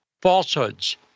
falsehoods